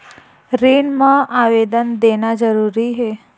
ऋण मा आवेदन देना जरूरी हे?